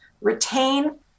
Retain